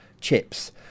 chips